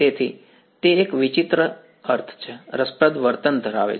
તેથી તે એક વિચિત્ર મારો અર્થ રસપ્રદ વર્તન ધરાવે છે